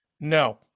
No